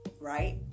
right